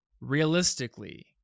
realistically